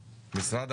נמצא?